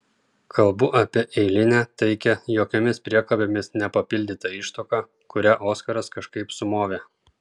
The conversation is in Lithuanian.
kalbu apie eilinę taikią jokiomis priekabėmis nepapildytą ištuoką kurią oskaras kažkaip sumovė